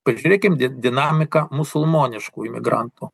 pažiūrėkim dinamiką musulmoniškų imigrantų